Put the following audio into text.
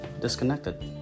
disconnected